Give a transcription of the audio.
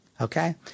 Okay